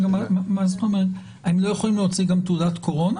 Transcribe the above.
מה זאת אומרת הם לא יכולים להוציא גם תעודת קורונה?